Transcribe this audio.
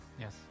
Yes